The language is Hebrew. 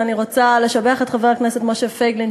ואני רוצה לשבח את חבר הכנסת משה פייגלין,